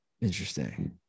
Interesting